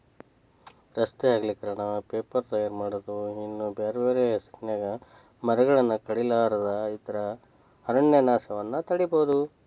ರಸ್ತೆ ಅಗಲೇಕರಣ, ಪೇಪರ್ ತಯಾರ್ ಮಾಡೋದು ಇನ್ನೂ ಬ್ಯಾರ್ಬ್ಯಾರೇ ಹೆಸರಿನ್ಯಾಗ ಮರಗಳನ್ನ ಕಡಿಲಾರದ ಇದ್ರ ಅರಣ್ಯನಾಶವನ್ನ ತಡೇಬೋದು